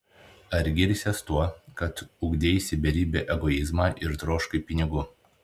ar girsies tuo kad ugdeisi beribį egoizmą ir troškai pinigų